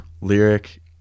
Lyric